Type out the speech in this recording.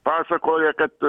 pasakoja kad